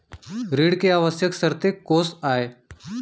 ऋण के आवश्यक शर्तें कोस आय?